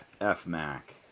F-Mac